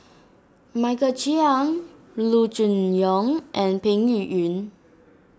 Michael Chiang Loo Choon Yong and Peng Yuyun